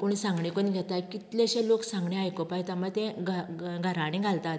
कोण सांगणें कोन्न घेतात कितलेशे लोक सांगणें आयकोपाक येता म्हळ्यार तें घ गाराणें घालतात